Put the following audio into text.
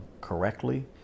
correctly